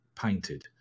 painted